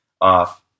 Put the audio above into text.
off